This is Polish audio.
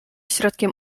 środkiem